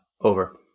over